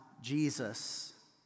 Jesus